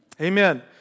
Amen